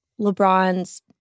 lebron's